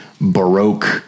baroque